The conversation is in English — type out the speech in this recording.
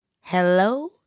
Hello